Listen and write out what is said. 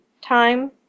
time